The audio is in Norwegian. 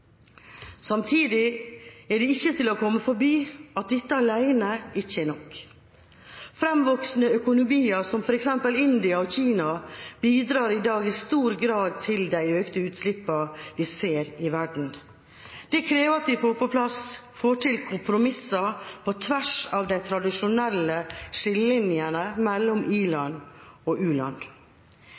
Samtidig er det ikke til å komme forbi at dette alene ikke er nok. Fremvoksende økonomier som f.eks. India og Kina bidrar i dag i stor grad til de økte utslippene vi ser i verden. Det krever at vi får til kompromisser på tvers av de tradisjonelle skillelinjene mellom i-land og